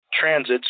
transits